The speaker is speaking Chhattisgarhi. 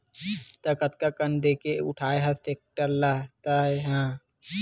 त कतका कन देके उठाय हस टेक्टर ल तैय हा?